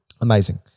Amazing